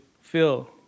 feel